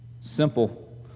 Simple